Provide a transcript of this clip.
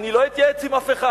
אני לא אתייעץ על זה עם אף אחד,